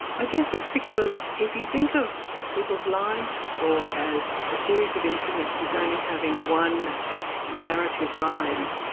i guess it's because if you think of people's lives, or as a series of incidents, as only having one narrative line,